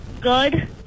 Good